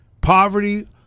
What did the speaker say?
Poverty